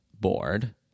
bored